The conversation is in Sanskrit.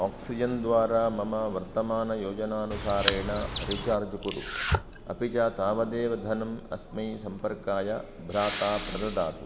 आक्सिजन् द्वारा मम वर्तमानयोजनानुसारेण रिचार्ज् कुरु अपि च तावदेव धनम् अस्मै सम्पर्काय भ्राता प्रददातु